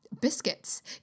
biscuits